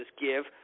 give